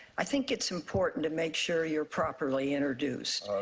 i think it's important to make sure you're properly introduced.